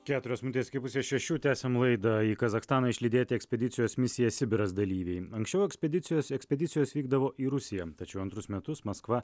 keturios minutės iki pusės šešių tęsiam laidą į kazachstaną išlydėti ekspedicijos misija sibiras dalyviai anksčiau ekspedicijos ekspedicijos vykdavo į rusiją tačiau antrus metus maskva